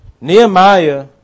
Nehemiah